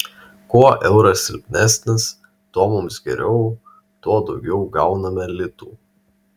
kuo euras silpnesnis tuo mums geriau tuo daugiau gauname litų